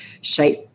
shape